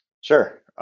Sure